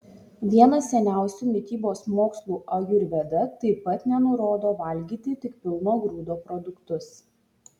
vienas seniausių mitybos mokslų ajurveda taip pat nenurodo valgyti tik pilno grūdo produktus